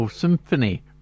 symphony